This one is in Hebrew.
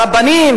הרבנים,